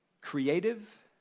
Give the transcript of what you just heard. creative